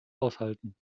aushalten